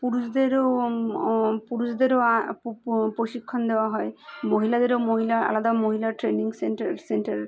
পুরুষদেরও পুরুষদেরও প্রশিক্ষণ দেওয়া হয় মহিলাদেরও মহিলা আলাদা মহিলা ট্রেনিং সেন্টার সেন্টার